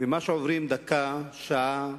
ועם מה שהם עוברים כל דקה, שעה,